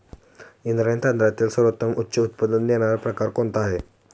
इंद्रायणी तांदळातील सर्वोत्तम उच्च उत्पन्न देणारा प्रकार कोणता आहे?